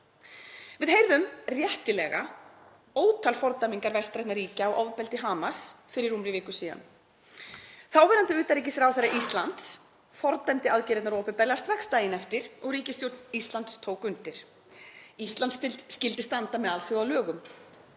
Við heyrðum réttilega ótal fordæmingar vestrænna ríkja á ofbeldi Hamas fyrir rúmri viku síðan. Þáverandi utanríkisráðherra Íslands fordæmdi aðgerðirnar opinberlega strax daginn eftir og ríkisstjórn Íslands tók undir, Ísland skyldi standa með alþjóðalögum.